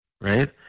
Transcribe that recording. right